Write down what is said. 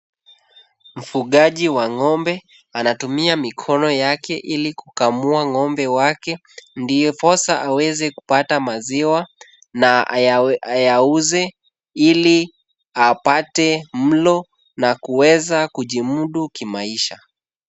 Mfugaji wa ng'ombe anatumia mikona yake ili kukamua ng'ombe wake, ndiposa aweze kupata maziwa na ayauze ili apate mlo na kuweza kujimudu kimaisha.